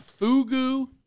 Fugu